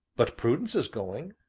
but prudence is going,